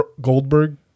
Goldberg